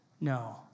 no